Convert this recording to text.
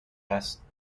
هست